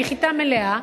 מחיטה מלאה,